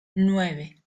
nueve